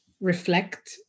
reflect